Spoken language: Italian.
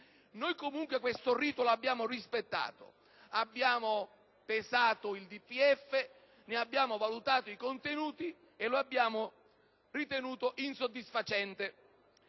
Noi comunque questo rito l'abbiamo rispettato. Abbiamo pesato il DPEF e ne abbiamo valutato i contenuti. L'abbiamo poi ritenuto insoddisfacente,